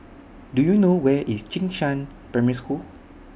Do YOU know Where IS Jing Shan Primary School